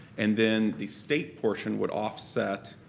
and then the state portion would offset